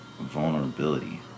vulnerability